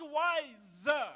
wise